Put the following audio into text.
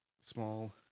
small